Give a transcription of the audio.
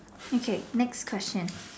okay next question